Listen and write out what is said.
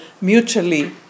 mutually